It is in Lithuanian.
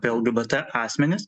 apie lgbt asmenis